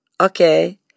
Okay